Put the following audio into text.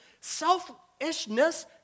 Selfishness